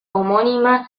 homónima